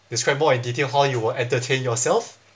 describe more in detail how you will entertain yourself